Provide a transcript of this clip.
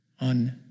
on